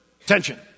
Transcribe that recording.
attention